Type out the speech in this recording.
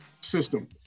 system